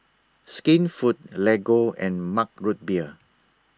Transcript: Skinfood Lego and Mug Root Beer